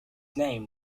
name